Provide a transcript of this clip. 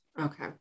okay